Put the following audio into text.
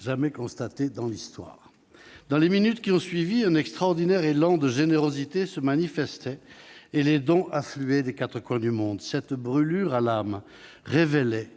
-jamais constatée dans l'histoire. Dans les minutes qui ont suivi, un extraordinaire élan de générosité se manifestait et les dons affluaient des quatre coins du monde. Cette « brûlure à l'âme » révélait-